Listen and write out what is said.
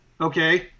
Okay